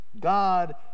god